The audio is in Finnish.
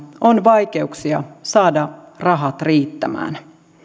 on vaikeuksia saada rahat riittämään